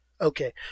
Okay